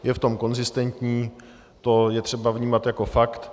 Je v tom konzistentní, to je třeba vnímat jako fakt.